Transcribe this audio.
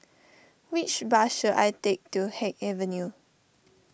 which bus should I take to Haig Avenue